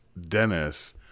Dennis